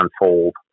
unfold